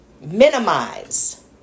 minimize